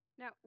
Now